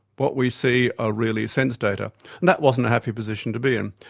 what we see are really sense data, and that wasn't a happy position to be in.